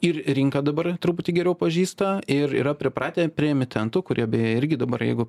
ir rinką dabar truputį geriau pažįsta ir yra pripratę prie emitentų kurie beje irgi dabar jeigu